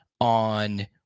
on